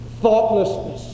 thoughtlessness